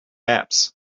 apps